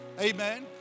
Amen